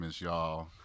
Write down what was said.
y'all